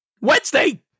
Wednesday